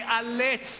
תיאלץ,